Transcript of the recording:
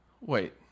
wait